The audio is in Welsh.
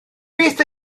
beth